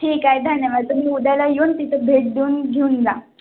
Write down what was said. ठीक आहे धन्यवाद तुम्ही उद्याला येऊन तिथं भेट देऊन घेऊन जा